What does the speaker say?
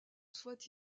souhaite